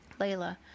Layla